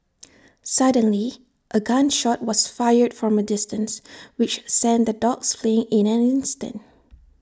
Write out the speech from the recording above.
suddenly A gun shot was fired from A distance which sent the dogs fleeing in an instant